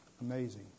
amazing